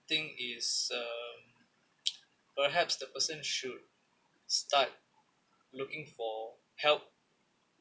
think is um perhaps the person should start looking for help